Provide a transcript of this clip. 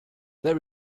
there